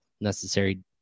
necessary